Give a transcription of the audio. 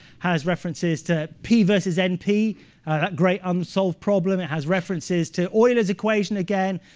has references to p versus np, that great unsolved problem. it has references to euler's equation again,